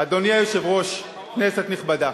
אדוני היושב-ראש, כנסת נכבדה,